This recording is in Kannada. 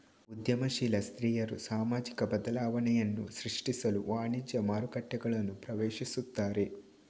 ಉದ್ಯಮಶೀಲ ಸ್ತ್ರೀಯರು ಸಾಮಾಜಿಕ ಬದಲಾವಣೆಯನ್ನು ಸೃಷ್ಟಿಸಲು ವಾಣಿಜ್ಯ ಮಾರುಕಟ್ಟೆಗಳನ್ನು ಪ್ರವೇಶಿಸುತ್ತಾರೆ